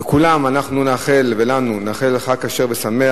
אנחנו גם כן נודה למנהלי ומנהלות ועדות הכנסת